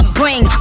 bring